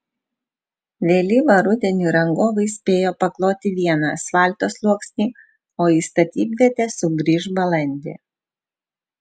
vėlyvą rudenį rangovai spėjo pakloti vieną asfalto sluoksnį o į statybvietę sugrįš balandį